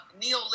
neoliberalism